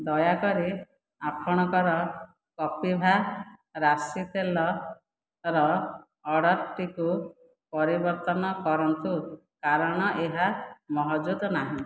ଦୟାକରି ଆପଣଙ୍କର କପିଭା ରାଶି ତେଲର ଅର୍ଡ଼ର୍ଟିକୁ ପରିବର୍ତ୍ତନ କରନ୍ତୁ କାରଣ ଏହା ମହଜୁଦ ନାହିଁ